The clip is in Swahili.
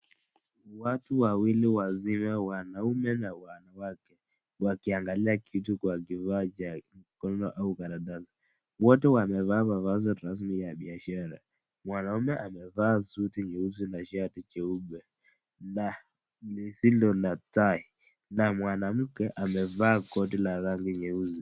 Watu wawili wazima wazee na wanawake wakiangalia kitu kwa kifaa cha kununua au karatasi. Wote wamevaa mavazi rasmi ya biashara mwanaume amevaa suti nyeusi na shati jeupe na lisilo na tai na mwanamke amevaa koti la rangi nyeusi.